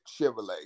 Chevrolet